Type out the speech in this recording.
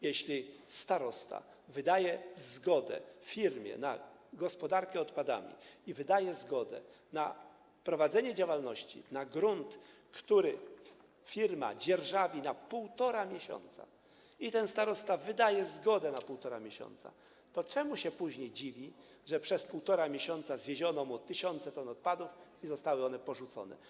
Jeśli starosta wydaje firmie zgodę na gospodarkę odpadami i wydaje zgodę na prowadzenie działalności, na grunt, który firma dzierżawi, na półtora miesiąca, ten starosta wydaje zgodę na półtora miesiąca, to czemu się później dziwi, że przez półtora miesiąca zwieziono mu tysiące ton odpadów i zostały one porzucone?